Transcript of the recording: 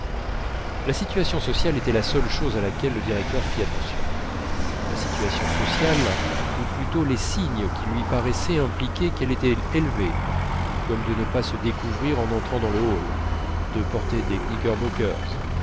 la situation sociale était la seule chose à laquelle le directeur fît attention la situation sociale ou plutôt les signes qui lui paraissaient impliquer qu'elle était élevée comme de ne pas se découvrir en entrant dans le hall de porter des